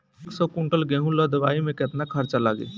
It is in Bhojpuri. एक सौ कुंटल गेहूं लदवाई में केतना खर्चा लागी?